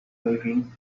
living